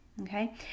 okay